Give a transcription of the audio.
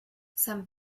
san